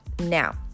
Now